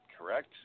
correct